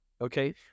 Okay